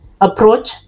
approach